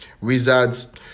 wizards